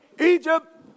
Egypt